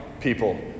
people